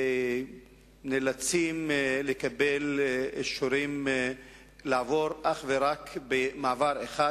נאלצים לקבל אישורים לעבור אך ורק במעבר אחד,